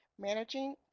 managing